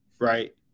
right